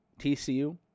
TCU